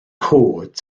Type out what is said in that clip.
cod